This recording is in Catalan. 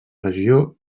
regió